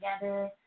together